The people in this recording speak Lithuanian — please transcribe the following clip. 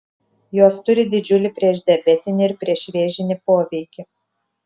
jos turi didžiulį priešdiabetinį ir priešvėžinį poveikį